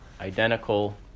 identical